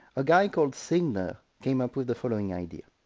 a guy called segner came up with the following idea.